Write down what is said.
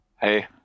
Hey